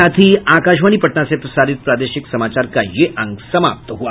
इसके साथ ही आकाशवाणी पटना से प्रसारित प्रादेशिक समाचार का ये अंक समाप्त हुआ